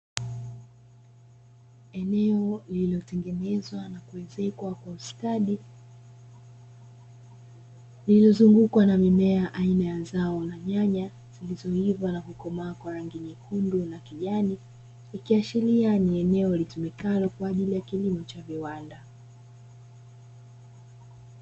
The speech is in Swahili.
Eneo lililotengenezwa na kuezekwa kwa ustadi ,lililozungukwa na mimea aina ya zao la nyanya zilizoiva na kukomaa kwa rangi nyekundu na kijani. Ikiashiria ni eneo litumikalo kwa ajili ya kilimo cha viwanda.